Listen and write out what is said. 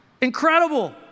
Incredible